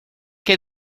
que